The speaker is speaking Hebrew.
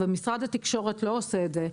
ומשרד התקשורת לא עושה את זה,